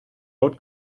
oat